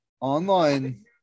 online